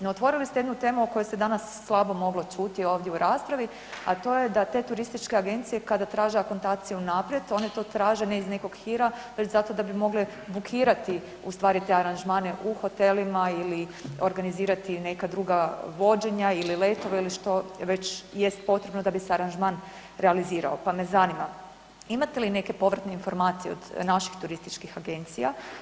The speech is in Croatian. No, otvorili ste jednu temu o kojoj se danas slabo moglo čuti ovdje u raspravi, a to je da te turističke agencije kada traže akontacije unaprijed one to traže ne iz nekog hira već zato da bi mogle bukirati u stvari te aranžmane u hotelima ili organizirati neka druga vođenja ili letove ili što već jest potrebno da bi se aranžman realizirao, pa me zanima imate li neke povratne informacije od naših turističkih agencija.